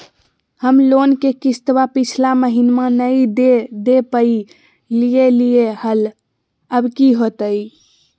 हम लोन के किस्तवा पिछला महिनवा नई दे दे पई लिए लिए हल, अब की होतई?